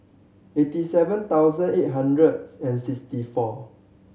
eighty seven thousand eight hundred and sixty four